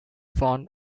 font